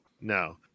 no